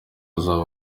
azaba